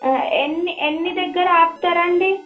ఎన్ని ఎన్ని దగ్గర ఆపుతారండి